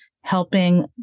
helping